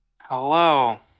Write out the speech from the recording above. hello